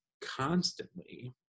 constantly